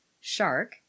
Shark